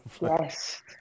Yes